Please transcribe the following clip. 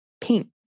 pink